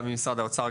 גם עם משרד האוצר,